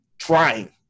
trying